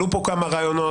עלו פה כמה רעיונות,